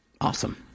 awesome